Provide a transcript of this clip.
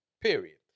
Period